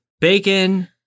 Bacon